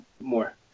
more